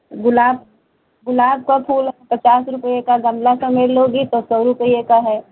गुलाब गुलाब का फूल पचास रुपये का गमला समेत लोगी तो सौ रूपये का है